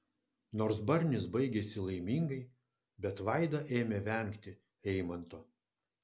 nors barnis baigėsi laimingai bet vaida ėmė vengti eimanto